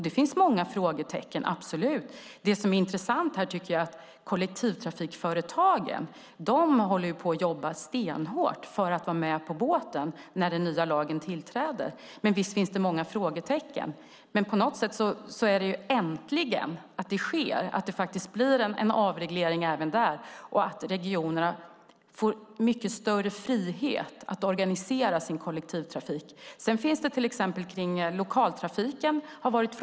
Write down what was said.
Det finns många frågetecken, absolut. Det som är intressant är att kollektivtrafikföretagen håller på att jobba stenhårt för att vara med på båten när den nya lagen tillträder. Visst finns det många frågetecken, men på något sätt är det: Äntligen sker detta! Det blir en avreglering, och regionerna får mycket större frihet att organisera sin kollektivtrafik. Sedan har det varit frågetecken gällande till exempel lokaltrafiken.